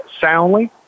soundly